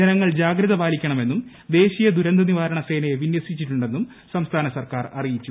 ജനങ്ങൾ ജിഗ്രത പാലിക്കണമെന്നും ദേശീയ ദുരന്തനിവാരണ സേന്റ്യ പിന്യസിച്ചിട്ടുണ്ടെന്നും സംസ്ഥാന സർക്കാർ അറിയിച്ചു